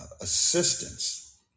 assistance